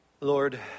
Lord